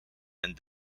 and